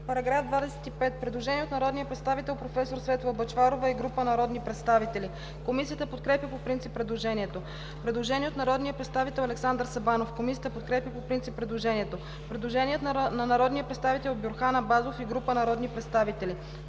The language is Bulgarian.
По § 25 има предложение на народния представител професор Светла Бъчварова и група народни представители. Комисията подкрепя по принцип предложението. Предложение на народния представител Александър Сабанов. Комисията подкрепя по принцип предложението. Предложение на народния представител Бюрхан Абазов и група народни представители.